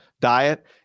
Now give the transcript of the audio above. diet